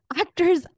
actors